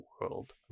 world